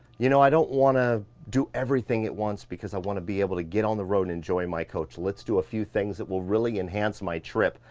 you know, i don't wanna do everything at once, because i wanna be able to get on the road, and enjoy my coach. let's do a few things that will really enhance my trip,